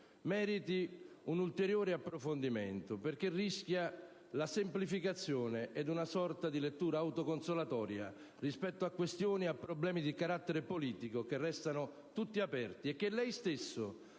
meriti un ulteriore approfondimento, perché altrimenti si rischia la semplificazione e una sorta di lettura autoconsolatoria rispetto a questioni e a problemi di carattere politico che restano tutti aperti. Lei stesso